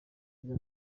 iza